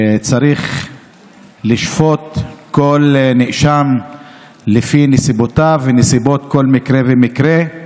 וצריך לשפוט כל נאשם לפי נסיבותיו ונסיבות כל מקרה ומקרה.